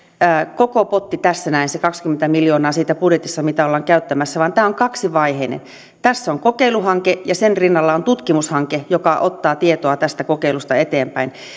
tässä näin se kaksikymmentä miljoonaa siitä budjetista mitä ollaan käyttämässä vaan tämä on kaksivaiheinen tässä on kokeiluhanke ja sen rinnalla on tutkimushanke joka ottaa tietoa tästä kokeilusta eteenpäin